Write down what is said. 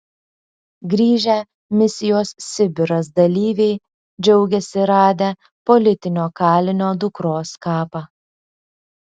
grįžę misijos sibiras dalyviai džiaugiasi radę politinio kalinio dukros kapą